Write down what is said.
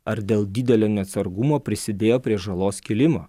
ar dėl didelio neatsargumo prisidėjo prie žalos kilimo